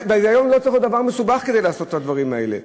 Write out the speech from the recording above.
וההיגיון הוא שלא צריך להיות דבר מסובך כדי לעשות את הדברים האלה.